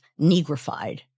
negrified